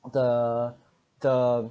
the the